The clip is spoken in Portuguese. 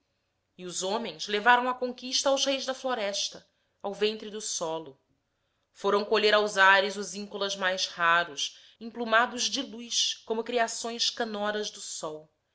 e os homens levaram a conquista aos reis da floresta ao ventre do solo foram colher aos ares os íncolas mais raros emplumados de luz como criações canoras do sol